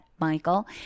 Michael